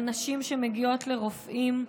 על נשים שמגיעות לרופאים.